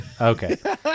Okay